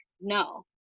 no